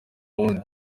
wundi